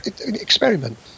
experiment